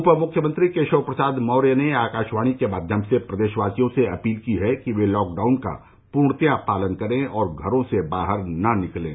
उप मुख्यमंत्री केशव प्रसाद मौर्य ने आकाशवाणी के माध्यम से प्रदेशवासियों से अपील की है कि वे लॉकडाउन का पूर्णतया पालन करें और घरों से बाहर न निकलें